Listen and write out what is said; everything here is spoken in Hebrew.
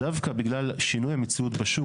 דווקא בגלל שינוי המציאות בשוק,